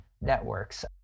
networks